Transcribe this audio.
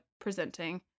presenting